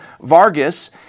Vargas